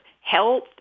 health